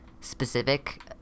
specific